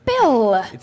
Bill